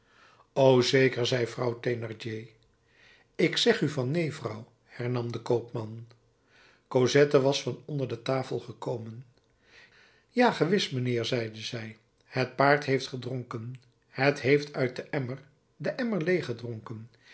o zeker zei vrouw thénardier ik zeg u van neen vrouw hernam de koopman cosette was van onder de tafel gekomen ja gewis mijnheer zeide zij het paard heeft gedronken het heeft uit den emmer den emmer leeg gedronken